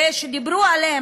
ושדיברו עליהם,